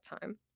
time